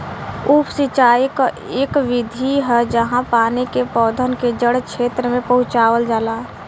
उप सिंचाई क इक विधि है जहाँ पानी के पौधन के जड़ क्षेत्र में पहुंचावल जाला